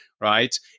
right